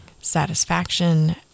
satisfaction